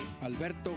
Alberto